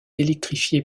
électrifié